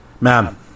Ma'am